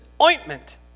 ointment